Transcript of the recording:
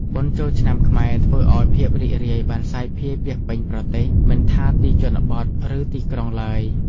បុណ្យចូលឆ្នាំខ្មែរធ្វើឲ្យភាពរីករាយបានសាយភាយពាសពេញប្រទេស មិនថាទីជនបទ ឬ ទីក្រុងឡើយ។